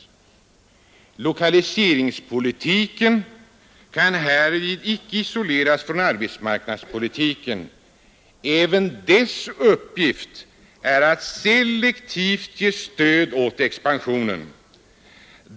Lokaliseringspolitiken kan härvid inte isoleras från arbetsmarknadspolitiken: även dess uppgift är att selektivt ge stöd åt expansionen.